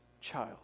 child